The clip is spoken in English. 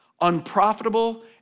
unprofitable